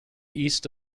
east